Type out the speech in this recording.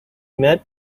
met